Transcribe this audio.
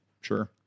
Sure